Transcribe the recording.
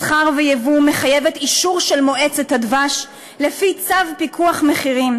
מסחר וייבוא מחייבת אישור של מועצת הדבש לפי צו פיקוח מחירים,